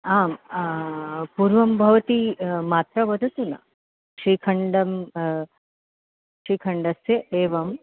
आं पूर्वं भवती मात्रा वदतु न श्रीखण्डं श्रीखण्डस्य एवम्